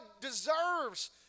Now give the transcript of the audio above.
deserves